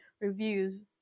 reviews